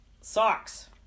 socks